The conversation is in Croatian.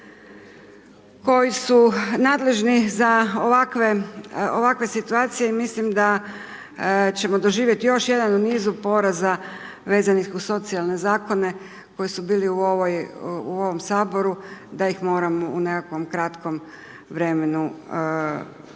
koji su nadležni za ovakve situacije, i mislim da ćemo doživjeti još jedan u nizu poraza vezanih uz socijalne zakone koji su bili u ovom Saboru da ih moramo u nekakvom kratkom vremenu mijenjati.